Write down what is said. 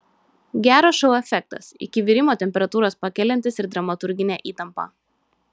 gero šou efektas iki virimo temperatūros pakeliantis ir dramaturginę įtampą